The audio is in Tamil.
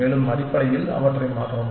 மேலும்அடிப்படையில் அவற்றை மாற்றவும்